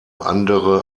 andere